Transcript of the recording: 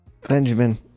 benjamin